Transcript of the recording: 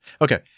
Okay